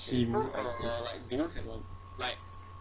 him